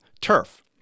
turf